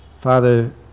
father